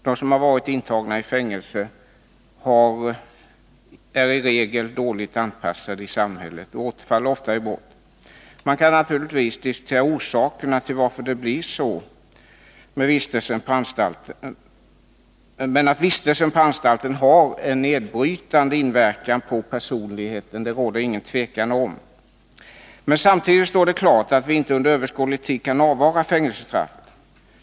De som varit intagna i fängelse är i regel dåligt anpassade i samhället och återfaller ofta i brott. Man kan naturligtvis diskutera orsakerna till att det blir så. Men att vistelsen på anstalten har en nedbrytande inverkan på personligheten råder det inget tvivel om. Men samtidigt står det klart att vi inte under överskådlig tid kan avvara fängelsestraffet.